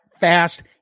fast